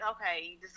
okay